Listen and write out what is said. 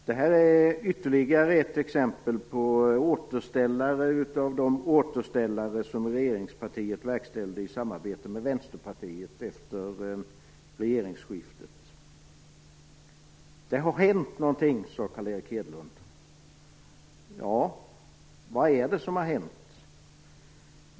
Det här är ytterligare ett exempel på återställare av de återställare som regeringspartiet verkställde i samarbete med Vänsterpartiet efter regeringsskiftet. Det har hänt någonting, sade Carl Erik Hedlund. Vad är det som har hänt?